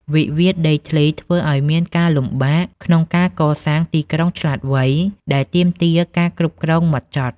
វិវាទដីធ្លីធ្វើឱ្យមានការលំបាកក្នុងការកសាង "ទីក្រុងឆ្លាតវៃ" ដែលទាមទារការគ្រប់គ្រងហ្មត់ចត់។